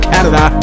Canada